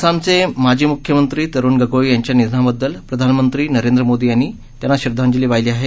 आसामचे माजी मुख्यमंत्री तरुण गोगोई यांच्या निधनाबददल प्रधानमंत्री नरेंद्र मोदी यांनी त्यांना श्रदधांजली वाहिली आहे